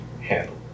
handle